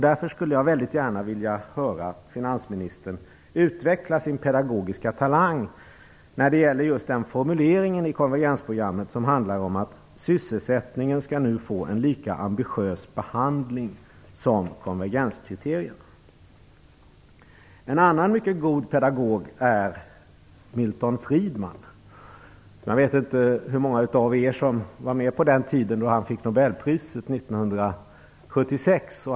Därför skulle jag väldigt gärna vilja höra finansministern utveckla sin pedagogiska talang när det gäller just den formulering i konvergensprogrammet som handlar om att sysselsättningen nu skall få en lika ambitiös behandling som konvergenskriterierna. En annan mycket god pedagog är Milton Friedman. Jag vet inte hur många av er som var med på den tiden då han fick nobelpriset, 1976.